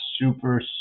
super